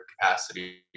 capacity